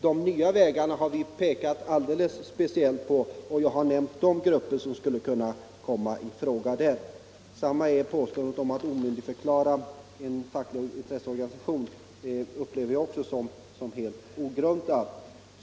De nya vägarna har vi pekat alldeles speciellt på, och jag har nämnt de grupper som skulle kunna komma i fråga i-det sammanhanget. Påståendet om omyndigförklarande av en facklig intresseorganisation upplever jag också som helt ogrundat.